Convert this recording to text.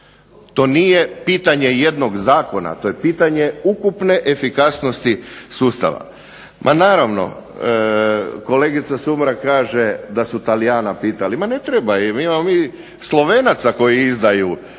to nije pitanje jednog zakona, to je pitanje ukupne efikasnosti sustava. Ma naravno kolegica Sumrak kaže da su Talijana pitali. Ma ne treba, imamo mi Slovenaca koji izdaju